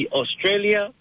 Australia